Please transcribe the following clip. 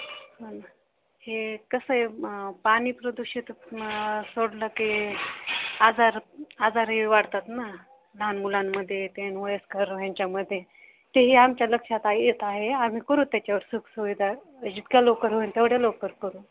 चालेल हो हे कसं आहे पाणी प्रदूषित म सोडलं की आजार आजारही वाढतात ना लहान मुलांमध्ये ते वयस्कर ह्यांच्यामध्ये तेही आमच्या लक्षात आहे येत आहे आम्ही करू त्याच्यावर सुखसुविधा जितक्या लवकर होईल तेवढ्या लवकर करू